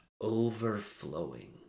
overflowing